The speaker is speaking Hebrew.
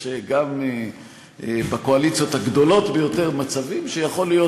יש גם בקואליציות הגדולות ביותר מצבים שיכול להיות